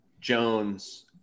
Jones